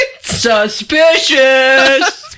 Suspicious